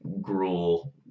gruel